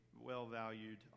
well-valued